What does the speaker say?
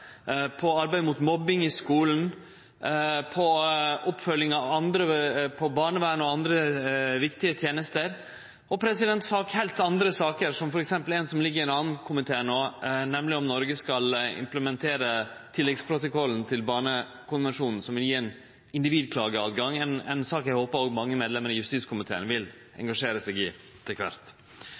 mot mobbing i skulen, oppfølging ved barnevernet og andre viktige tenester. Men det kan òg vere heilt andre saker, som f.eks. ei som ligg til behandling i ein annan komité no, nemleg om Noreg skal implementere tilleggsprotokollen til Barnekonvensjonen, som vil gjere det mogleg med individklage. Det er ei sak eg håpar mange i justiskomiteen vil engasjere seg i etter kvart.